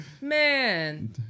man